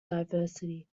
diversity